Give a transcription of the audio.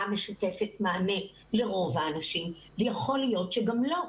המשותפת מענה לרוב האנשים ויכול להיות שגם לא,